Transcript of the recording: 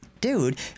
dude